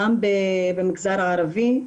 גם במגזר הערבי.